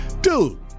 Dude